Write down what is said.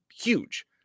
huge